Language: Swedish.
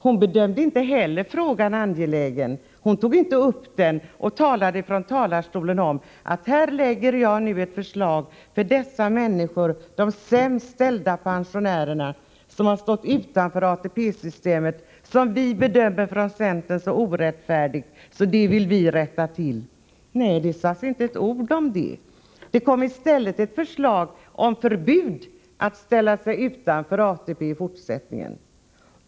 Hon bedömde inte heller frågan som angelägen och tog inte upp den och sade: Här lägger jag fram ett förslag för de sämst ställda pensionärerna, som har stått utanför ATP-systemet och som vi bedömer har behandlats orättfärdigt, vilket vi vill rätta till. Nej, det sades inte ett ord om detta. Det kom i stället ett förslag om förbud att ställa sig utanför ATP-systemet i fortsättningen.